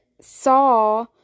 saw